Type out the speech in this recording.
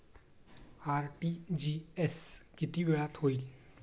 RTGS किती वेळात होईल?